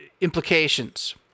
implications